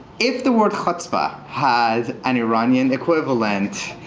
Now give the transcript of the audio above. if the word chutzpah had an iranian equivalent,